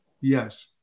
Yes